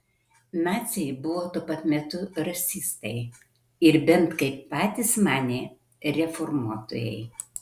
naciai buvo tuo pat metu rasistai ir bent kaip patys manė reformuotojai